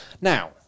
Now